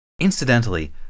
Incidentally